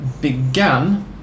began